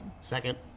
Second